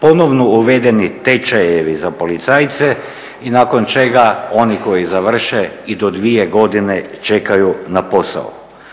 ponovo uvedeni tečajevi za policajce i nakon čega oni koji završe i do dvije godine čekaju na posao.